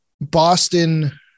Boston